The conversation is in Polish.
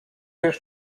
już